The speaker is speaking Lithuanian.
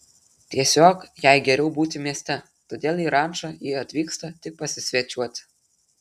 tiesiog jai geriau būti mieste todėl į rančą ji atvyksta tik pasisvečiuoti